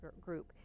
group